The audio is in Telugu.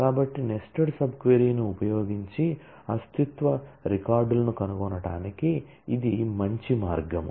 కాబట్టి నెస్టెడ్ సబ్ క్వరీ ను ఉపయోగించి అస్తిత్వ రికార్డులను కనుగొనటానికి ఇది మంచి మార్గం